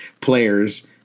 players –